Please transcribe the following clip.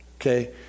okay